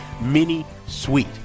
mini-suite